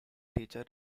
teacher